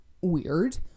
weird